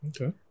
Okay